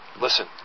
listen